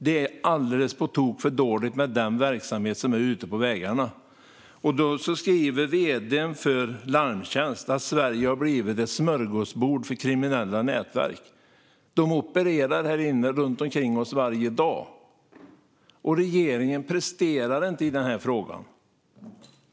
Det är alldeles på tok för dåligt med den verksamhet som är ute på vägarna. Vd:n för Larmtjänst skriver att Sverige har blivit ett smörgåsbord för kriminella nätverk. De opererar här runt omkring oss varje dag, och regeringen presterar inte i den här frågan.